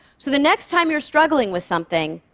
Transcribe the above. so the next time you're struggling with something,